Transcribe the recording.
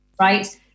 right